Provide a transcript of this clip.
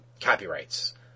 copyrights